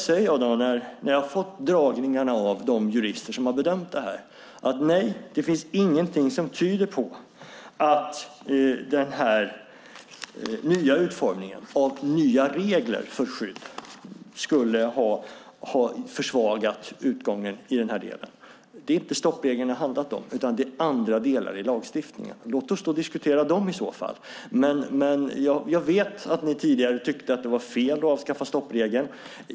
När jag fått föredragningarna av de jurister som bedömt frågan säger jag att nej, det finns ingenting som tyder på att den nya utformningen av nya regler för skydd skulle ha försvagat utgången i den här delen. Det har inte handlat om stoppregeln utan om andra delar i lagstiftningen. Låt oss i så fall diskutera dem. Jag vet att ni, Åsa Romson, tidigare tyckte att det var fel att avskaffa stoppregeln.